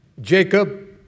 Jacob